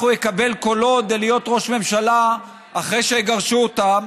הוא יקבל קולות כדי להיות ראש ממשלה אחרי שיגרשו אותם